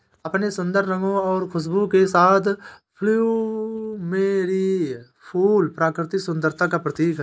अपने सुंदर रंगों और खुशबू के साथ प्लूमेरिअ फूल प्राकृतिक सुंदरता का प्रतीक है